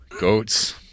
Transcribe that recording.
Goats